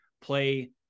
play